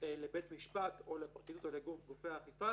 לבית משפט או לפרקליטות ולגופי האכיפה